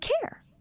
care